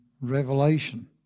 Revelation